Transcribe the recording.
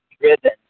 driven